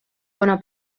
bona